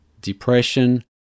depression